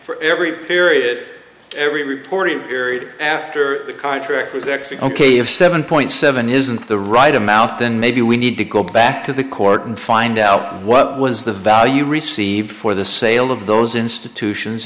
for every period every reported period after the contract was actually ok if seven point seven isn't the right amount then maybe we need to go back to the court and find out what was the value received for the sale of those institutions